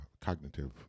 cognitive